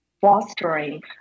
fostering